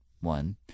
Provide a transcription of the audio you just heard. one